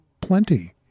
plenty